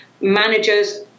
Managers